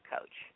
Coach